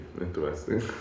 interesting